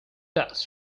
dust